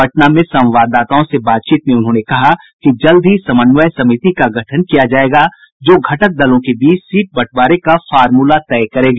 पटना में संवाददाताओं से बातचीत में उन्होंने कहा कि जल्द ही समन्वय समिति का गठन किया जायेगा जो घटक दलों के बीच सीट बंटवारे का फार्मूला तय करेगी